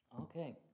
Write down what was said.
Okay